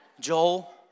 Joel